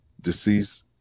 deceased